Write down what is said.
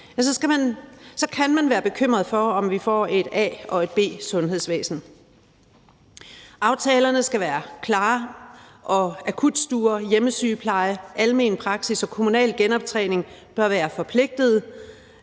kan man være bekymret for, om vi får et A- og et B-sundhedsvæsen. Aftalerne skal være klare, og akutstuer, hjemmesygepleje, almen praksis og kommunal genoptræning bør være forpligtet